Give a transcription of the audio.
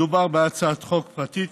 מדובר בהצעת חוק פרטית